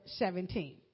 17